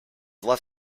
left